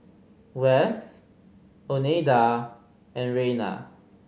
Wess Oneida and Rayna